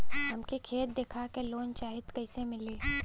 हमके खेत देखा के लोन चाहीत कईसे मिली?